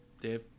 Dave